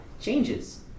changes